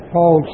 Paul